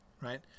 Right